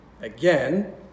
Again